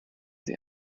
sie